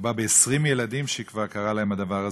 מדובר ב-20 ילדים שכבר קרה להם הדבר הזה.